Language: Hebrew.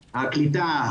הקליטה,